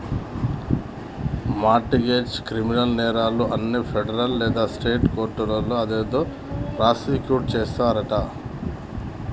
mart గెజ్, criminal నేరాలు అన్ని federal లేదా స్టేట్ కోర్టులో అదేదో ప్రాసుకుట్ చేస్తారంటి